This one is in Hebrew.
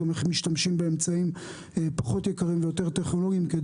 איך משתמשים באמצעים פחות יקרים ויותר טכנולוגיים כדי